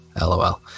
LOL